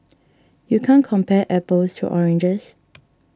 you can't compare apples to oranges